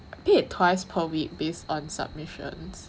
paid twice per week based on submissions